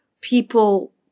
people